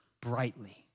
brightly